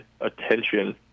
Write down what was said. attention